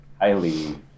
highly